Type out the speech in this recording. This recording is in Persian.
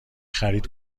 خرید